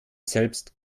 selbst